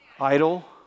idle